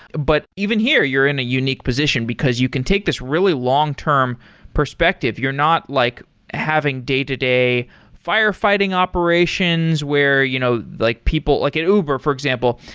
but even here, you're in a unique position, because you can take this really long term perspective. you're not like having day-to-day firefighting operations where you know like people like at uber, for example,